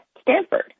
Stanford